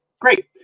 Great